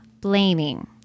blaming